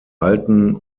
alten